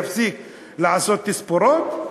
יפסיק לעשות תספורות?